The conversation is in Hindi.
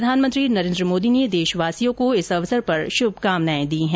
प्रधानमंत्री नरेन्द्र मोदी ने देशवासियों को इस अवसर पर शुभकामनाएं दी है